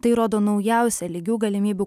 tai rodo naujausia lygių galimybių